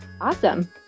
awesome